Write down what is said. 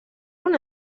una